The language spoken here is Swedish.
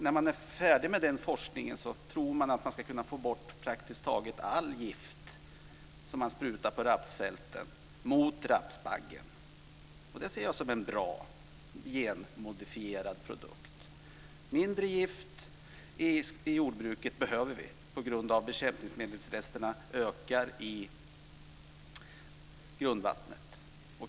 När man är färdig med den forskningen tror man att det ska vara möjligt att få bort praktiskt taget allt gift som sprutas på rapsfälten mot rapsbaggen. Det ser jag som en bra genmodifierad produkt. Vi behöver färre gifter i jordbruket på grund av att resterna av bekämpningsmedel ökar i grundvattnet.